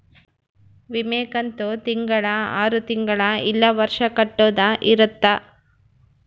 ವಿಮೆ ಕಂತು ತಿಂಗಳ ಆರು ತಿಂಗಳ ಇಲ್ಲ ವರ್ಷ ಕಟ್ಟೋದ ಇರುತ್ತ